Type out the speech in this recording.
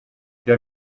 der